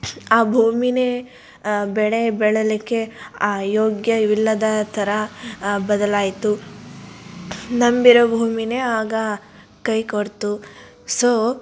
ಆ ಭೂಮಿಯೇ ಬೆಳೆ ಬೆಳೀಲಿಕ್ಕೆ ಯೋಗ್ಯವಿಲ್ಲದ ಥರ ಬದಲಾಯಿತು ನಂಬಿರೋ ಭೂಮಿಯೇ ಆಗ ಕೈ ಕೊಡ್ತು ಸೊ